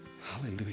Hallelujah